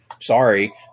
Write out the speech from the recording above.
Sorry